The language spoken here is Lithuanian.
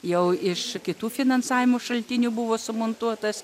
jau iš kitų finansavimo šaltinių buvo sumontuotas